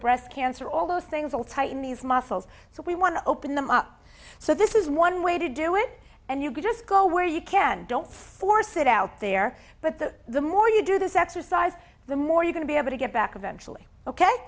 breast cancer all those things will tighten these muscles so we want to open them up so this is one way to do it and you can just go where you can don't force it out there but that the more you do this exercise the more you going to be able to get back eventually ok